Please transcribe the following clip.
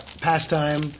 pastime